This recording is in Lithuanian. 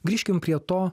grįžkim prie to